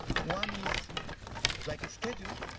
one is like a schedule.